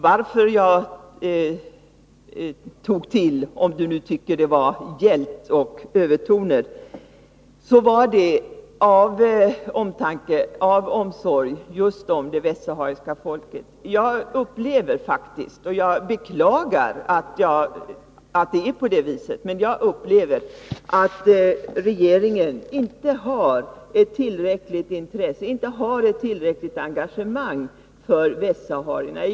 Om jag ”tog i”, gjorde jag det av omtanke med och av omsorg om det västsahariska folket. Jag upplever att — och jag beklagar att det är på det sättet — regeringen inte har ett tillräckligt engagemang för västsaharierna.